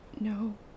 No